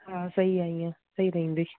हा सही आहे हीअ सही रहंदव